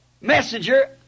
messenger